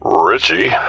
Richie